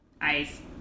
ice